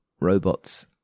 robots